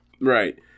right